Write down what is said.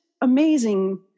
amazing